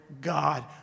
god